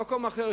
במקום אחר,